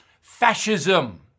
Fascism